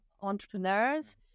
entrepreneurs